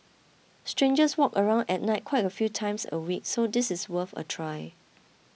strangers walk around at night quite a few times a week so this is worth a try